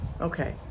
Okay